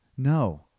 No